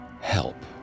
Help